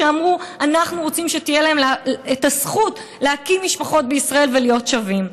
שאמרו: אנחנו רוצים שתהיה להם הזכות להקים משפחות בישראל ולהיות שווים.